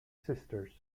sisters